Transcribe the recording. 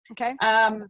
Okay